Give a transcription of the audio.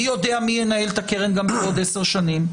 מי יודע מי ינהל את הקרן גם בעוד עשר שנים?